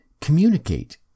Communicate